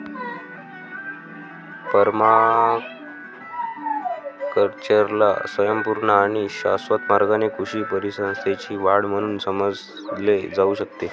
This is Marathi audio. पर्माकल्चरला स्वयंपूर्ण आणि शाश्वत मार्गाने कृषी परिसंस्थेची वाढ म्हणून समजले जाऊ शकते